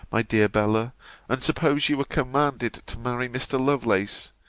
my dear bella and suppose you were commanded to marry mr. lovelace,